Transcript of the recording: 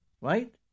right